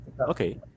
Okay